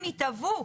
הם יתבעו,